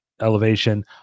Elevation